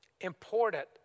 important